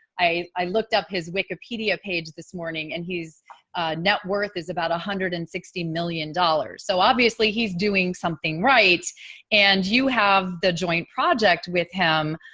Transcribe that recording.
i looked up his wikipedia page this morning and he's net worth is about a hundred and sixty million dollars, so obviously he's doing something right and you have the joint project with him,